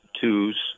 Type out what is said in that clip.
twos